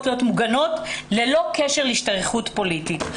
להיות מוגנות ללא קשר להשתייכות פוליטית.